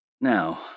Now